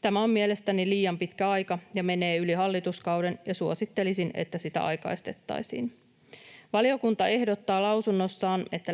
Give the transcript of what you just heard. Tämä on mielestäni liian pitkä aika ja menee yli hallituskauden, ja suosittelisin, että sitä aikaistettaisiin. Valiokunta ehdottaa lausunnossaan, että